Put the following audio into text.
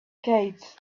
gates